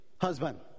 husband